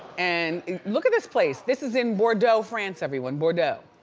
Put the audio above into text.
and look at this place, this is in bordeaux france everyone, bordeaux.